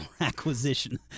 acquisition